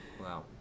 wow